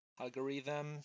algorithm